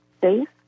safe